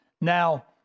Now